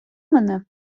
мене